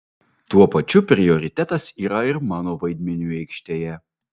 tuo pačiu prioritetas yra ir mano vaidmeniui aikštėje